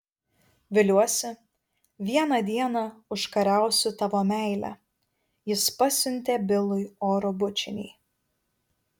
viliuosi vieną dieną užkariausiu tavo meilę jis pasiuntė bilui oro bučinį